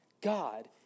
God